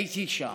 הייתי שם.